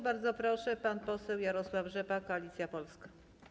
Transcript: Bardzo proszę, pan poseł Jarosław Rzepa, Koalicja Polska.